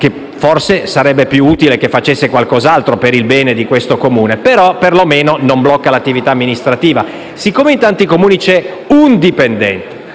che forse sarebbe più utile che facesse qualcos'altro, per il bene del Comune stesso, ma, perlomeno, non blocca l'attività amministrativa. Siccome però in tanti Comuni c'è un solo dipendente